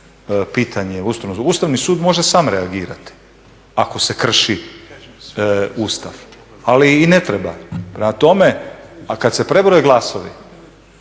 pitanje. Ustavni sud može sam reagirati ako se krši Ustav, ali i ne treba. Prema tome, a kad se prebroje glasovi